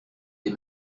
des